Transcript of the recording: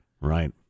Right